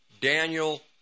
Daniel